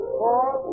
four